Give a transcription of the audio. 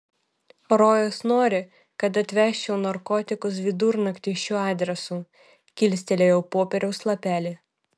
rojus nori kad atvežčiau narkotikus vidurnaktį šiuo adresu kilstelėjau popieriaus lapelį